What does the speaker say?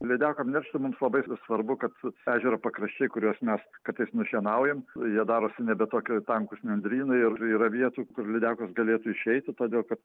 lydekom neršti mums labai svarbu kad ežero pakraščiai kuriuos mes kartais nušienaujam jie darosi nebe tokie tankūs nendrynai ir yra vietų kur lydekos galėtų išeiti todėl kad